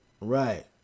Right